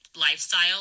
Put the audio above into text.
lifestyle